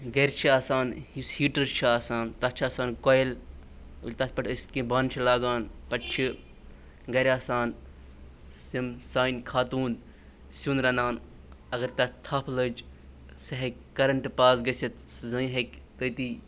گَرِ چھِ آسان یُس ہیٖٹر چھُ آسان تَتھ چھِ آسان کویل ییٚلہِ تَتھ پٮ۪ٹھ أسۍ کینٛہہ بَانہٕ چھِ لاگان پَتہٕ چھِ گَرِ آسان سِم سانہِ خاتوٗن سیُن رَنان اگر تَتھ تھپھ لٔج سُہ ہیٚکہِ کَرَنٹ پاس گٔژھِتھ سُہ زٔنۍ ہیٚکہِ تٔتی